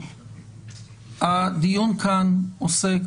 הדיון כאן עוסק